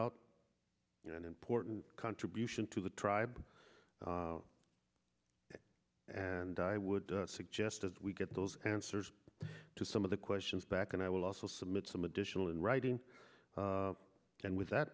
out and important contribution to the tribe and i would suggest as we get those answers to some of the questions back and i will also submit some additional in writing and with that